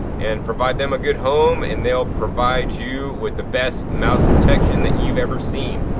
and provide them a good home and they'll provide you with the best mouse protection that you've ever seen.